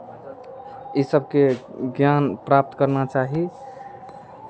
ई सभके ज्ञान प्राप्त करना चाही